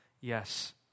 yes